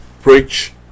preach